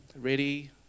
ready